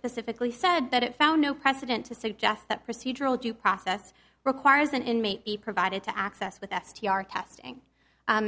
specifically said that it found no precedent to suggest that procedural due process requires an inmate be provided to access with s t r testing